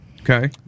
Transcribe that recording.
Okay